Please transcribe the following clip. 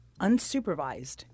unsupervised-